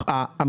ב-27'.